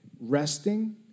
resting